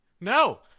no